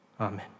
Amen